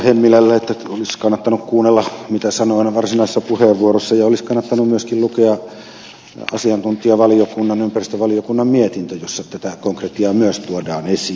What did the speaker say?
hemmilälle että olisi kannattanut kuunnella mitä sanoin varsinaisessa puheenvuorossani ja olisi kannattanut myöskin lukea asiantuntijavaliokunnan ympäristövaliokunnan mietintö jossa tätä konkretiaa myös tuodaan esiin